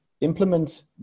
implement